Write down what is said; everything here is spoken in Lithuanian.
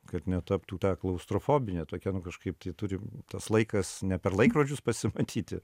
kad netaptų ta klaustrofobine tokia nu kažkaip tai turi tas laikas ne per laikrodžius pasimatyti